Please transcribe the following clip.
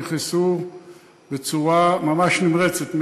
נכנסו בצורה ממש נמרצת,